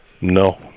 No